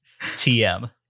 TM